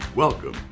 Welcome